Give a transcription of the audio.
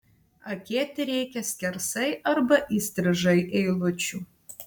akėti reikia skersai arba įstrižai eilučių